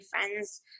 friends